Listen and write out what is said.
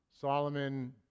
Solomon